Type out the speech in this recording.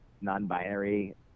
non-binary